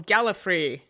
Gallifrey